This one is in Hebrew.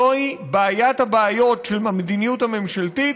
זוהי בעיית הבעיות של המדיניות הממשלתית,